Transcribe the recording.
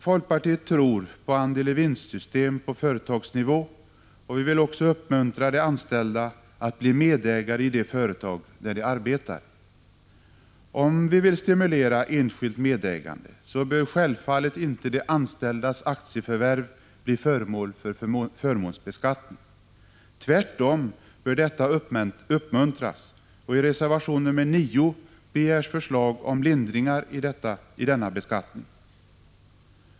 Folkpartiet tror på andel-i-vinst-system på företagsnivå och vill uppmuntra de anställda att bli medägare i de företag där de arbetar. Om vi vill stimulera enskilt medägande så bör självfallet inte de anställdas aktieförvärv bli föremål för förmånsbeskattning. Tvärtom bör sådana förvärv uppmuntras, och i reservation nr 9 begärs förslag om lindringar i denna beskattning.